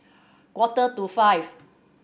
quarter to five